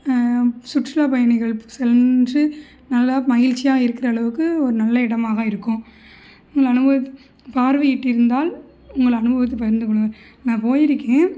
சுற்றுலா பயணிகள் சென்று நல்லா மகிழ்ச்சியாக இருக்கிற அளவுக்கு ஒரு நல்ல இடமாக இருக்கும் உங்கள் அனுபவத்தை பார்வையிட்டிருந்தால் உங்கள் அனுபவத்தை பகிர்ந்து கொள்ளுங்கள் நான் போயிருக்கேன்